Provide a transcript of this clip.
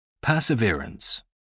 Perseverance